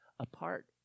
Apart